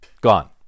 gone